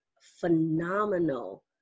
phenomenal